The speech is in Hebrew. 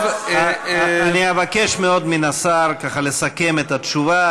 אני אבקש מאוד מן השר לסכם את התשובה,